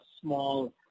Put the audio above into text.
small